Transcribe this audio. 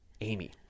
Amy